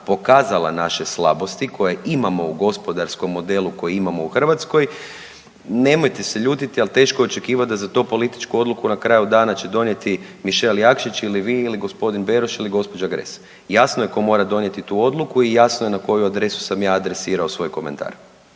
pokazala naše slabosti koje imamo u gospodarskom modelu koji imamo u Hrvatskoj, nemojte se ljutiti ali teško je očekivati za tu političku odluku na kraju dana će donijeti Mišel Jakšić ili vi ili g. Beroš ili gospođa Gras. Jasno je tko mora donijeti tu odluku i jasno je na koju adresu sam ja adresirao svoj komentar,